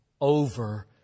over